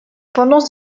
pendant